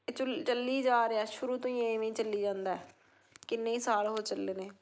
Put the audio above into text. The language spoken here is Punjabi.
ਇਹ ਚੁਲ ਚੱਲੀ ਜਾ ਰਿਹਾ ਸ਼ੁਰੂ ਤੋਂ ਹੀ ਐਵੇਂ ਚੱਲੀ ਜਾਂਦਾ ਕਿੰਨੇ ਹੀ ਸਾਲ ਹੋ ਚੱਲੇ ਨੇ